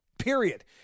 Period